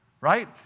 right